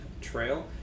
Trail